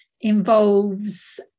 involves